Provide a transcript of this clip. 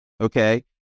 okay